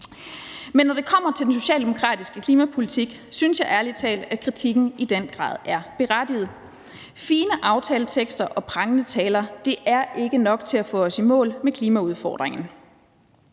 Men når det kommer til den socialdemokratiske klimapolitik, synes jeg ærlig talt at kritikken i den grad er berettiget. Fine aftaletekster og prangende taler er ikke nok til at få os i mål med klimaudfordringen.